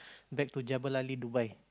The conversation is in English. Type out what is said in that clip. back to Jebel-Ali Dubai